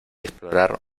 explorar